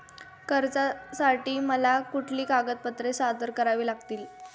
कर्जासाठी मला कुठली कागदपत्रे सादर करावी लागतील?